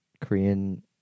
Korean